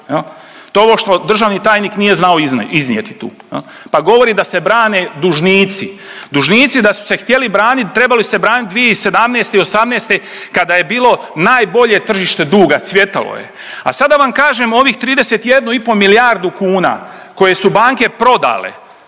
to ovo što državni tajnik nije znao iznijeti tu, pa govore da se brane dužnici. Dužnici da su se htjeli branit trebali su se branit 2017. i '18. kada je bilo najbolje tržište duga, cvjetalo je. A sad da vam kažem ovih 31,5 milijardu kuna koje su banke prodale